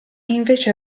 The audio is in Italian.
invece